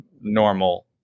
normal